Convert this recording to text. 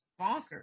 bonkers